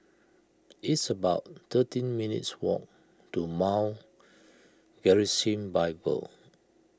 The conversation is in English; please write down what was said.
it's about thirteen minutes' walk to Mount Gerizim Bible